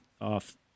off